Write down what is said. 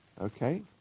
Okay